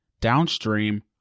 downstream